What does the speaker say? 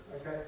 Okay